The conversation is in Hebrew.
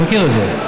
אתה מכיר את זה.